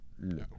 No